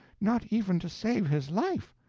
not even to save his life.